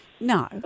No